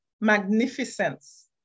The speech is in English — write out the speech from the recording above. magnificence